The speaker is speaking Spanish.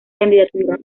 candidatura